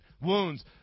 wounds